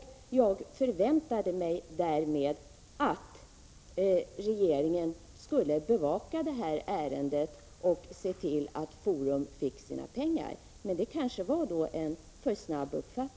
Jag förväntade mig därför att regeringen skulle bevaka ärendet och se till att Forum fick sina pengar. Men detta var kanske en alltför snar slutsats.